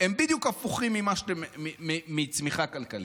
הם בדיוק הפוכים מצמיחה כלכלית.